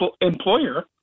employer